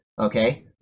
okay